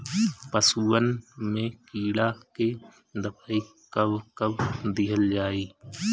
पशुअन मैं कीड़ा के दवाई कब कब दिहल जाई?